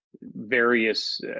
various